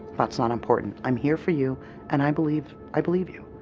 that's not important. i'm here for you and i believe, i believe you.